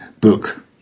book